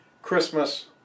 Christmas